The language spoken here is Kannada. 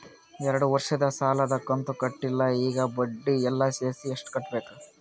ಎರಡು ವರ್ಷದ ಸಾಲದ ಕಂತು ಕಟ್ಟಿಲ ಈಗ ಬಡ್ಡಿ ಎಲ್ಲಾ ಸೇರಿಸಿ ಎಷ್ಟ ಕಟ್ಟಬೇಕು?